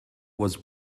was